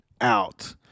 out